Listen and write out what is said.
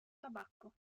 tabacco